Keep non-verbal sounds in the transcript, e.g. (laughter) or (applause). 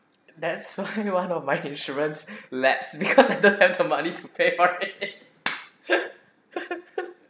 that's why (laughs) one of my insurance (breath) lapsed because I don't have the money to pay right (laughs)